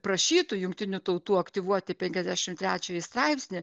prašytų jungtinių tautų aktyvuoti penkiasdešim trečiąjį straipsnį